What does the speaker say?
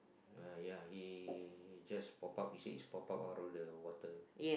uh ya he just pop up his head pop up out of the water